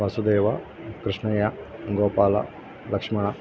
Vasudeva Krishnaiah Gopala Lakshmana